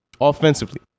offensively